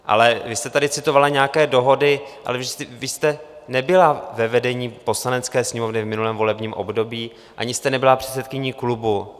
Ale vy jste tady citovala nějaké dohody, ale vy jste nebyla ve vedení Poslanecké sněmovny v minulém volebním období ani jste nebyla předsedkyní klubu.